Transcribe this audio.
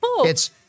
It's-